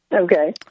Okay